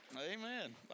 amen